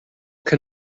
can